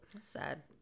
Sad